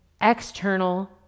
external